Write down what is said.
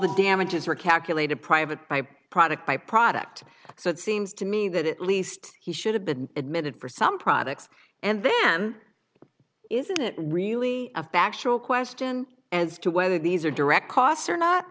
the damages were calculated private by product by product so it seems to me that at least he should have been admitted for some products and then isn't it really a factual question as to whether these are direct costs or not